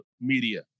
Media